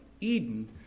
Eden